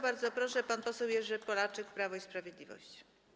Bardzo proszę, pan poseł Jerzy Polaczek, Prawo i Sprawiedliwość.